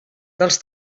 dels